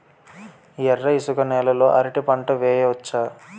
ఎర్ర ఇసుక నేల లో అరటి పంట వెయ్యచ్చా?